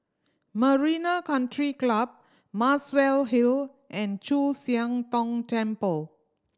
Marina Country Club Muswell Hill and Chu Siang Tong Temple